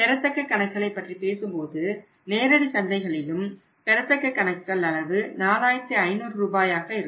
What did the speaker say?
பெறத்தக்க கணக்குகளை பற்றி பேசும்போது நேரடி சந்தைகளிலும் பெறத்தக்க கணக்குகள் அளவு 4500 ரூபாயாக ஆக இருக்கும்